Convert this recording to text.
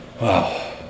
Wow